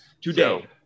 Today